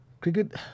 Cricket